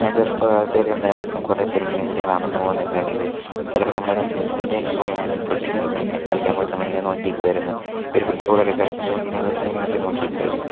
ഞാൻ ചെറുപ്പകാലത്തെ ഉണ്ടായിരുന്നപ്പം കുറെ പേര് ഇതിലെ ഇങ്ങനെ നടന്നുപോന്നൊതൊക്കെ കണ്ടിട്ടുണ്ട് ചിലപ്പം നമ്മുടെ കസിൻസിൻ്റെ കൂടെയൊക്കെ ഞാനും പോയിട്ടുണ്ട് കളിക്കാൻ കളിക്കാൻ പോയിട്ട് നമ്മൾ ഇങ്ങനെ നോക്കി നിൽക്കുവായിരുന് ഇവര് ഫുട്ബോളൊക്കെ കളിക്കുമ്പോൾ ഇങ്ങനെ വെറുതെ ഇങ്ങനെപോയി നോക്കി നിൽക്കുവായിരുന്ന്